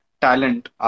talent